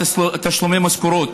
תשלומי משכורות,